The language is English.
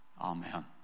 Amen